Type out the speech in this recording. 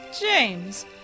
James